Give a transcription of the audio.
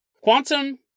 Quantum